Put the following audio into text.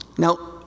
Now